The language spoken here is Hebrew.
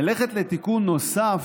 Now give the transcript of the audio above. ללכת לתיקון נוסף,